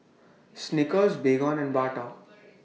Snickers Baygon and Bata